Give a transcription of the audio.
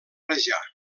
rajar